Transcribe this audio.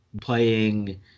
Playing